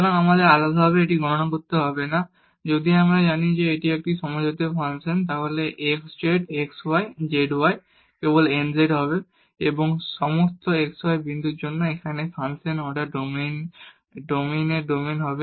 সুতরাং আমাদের আলাদাভাবে এটি গণনা করতে হবে না যদি আমরা জানি যে এটি একটি সমজাতীয় ফাংশন তাহলে x z x y z y কেবল n z হবে এবং সমস্ত x y বিন্দুর জন্য এখানে ফাংশনের অর্ডার ডোমেইনের ডোমেইন